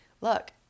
look